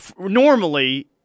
Normally